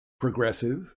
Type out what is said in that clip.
progressive